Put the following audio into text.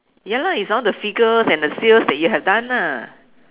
ya lah it's all the figures and the sales that you have done ah